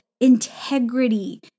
integrity